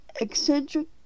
eccentric